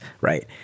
right